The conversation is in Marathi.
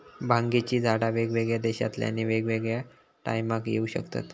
भांगेची झाडा वेगवेगळ्या देशांतल्यानी वेगवेगळ्या टायमाक येऊ शकतत